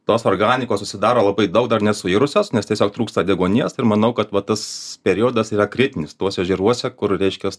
tos organikos susidaro labai daug dar nesuirusios nes tiesiog trūksta deguonies ir manau kad va tas periodas yra kritinis tuose ežeruose kur reiškias